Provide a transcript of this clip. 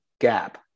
gap